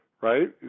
Right